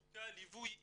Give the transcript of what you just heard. תעסוקה, ליווי אישי,